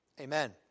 Amen